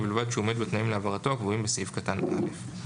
ובלבד שהוא עומד בתנאים להעברתו הקבועים בסעיף קטן (א).